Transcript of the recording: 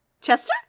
Chester